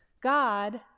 God